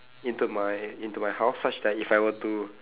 into my into my house such that if I were to